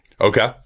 Okay